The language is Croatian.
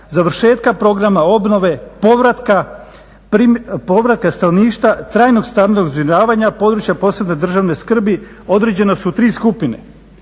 završetka programa obnove, povratka stanovništva, trajnog stambenog zbrinjavanja područja od posebne državne skrbi. Određene su tri skupine.